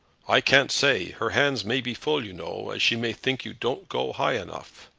i can't say. her hands may be full, you know, or she may think you don't go high enough.